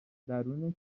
درون